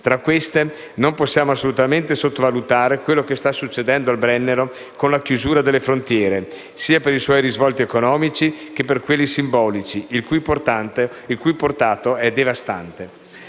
Tra queste, non possiamo assolutamente sottovalutare quello che sta succedendo al Brennero con la chiusura delle frontiere sia per i suoi risvolti economici, che per quelli simbolici, il cui portato è devastante.